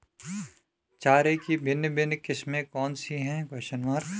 चारे की भिन्न भिन्न किस्में कौन सी हैं?